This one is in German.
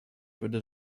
würde